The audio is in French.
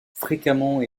fréquemment